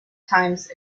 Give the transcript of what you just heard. times